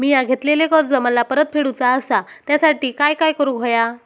मिया घेतलेले कर्ज मला परत फेडूचा असा त्यासाठी काय काय करून होया?